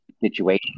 situation